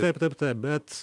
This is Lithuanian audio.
taip taip taip bet